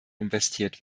investiert